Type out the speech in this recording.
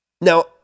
Now